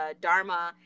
Dharma